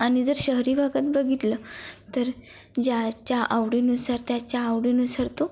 आणि जर शहरी भागात बघितलं तर ज्याच्या आवडीनुसार त्याच्या आवडीनुसार तो